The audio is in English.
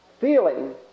feeling